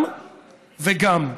גם וגם.